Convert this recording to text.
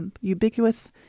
ubiquitous